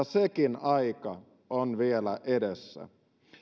sekin aika on vielä edessä